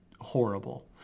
horrible